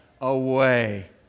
away